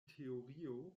teorio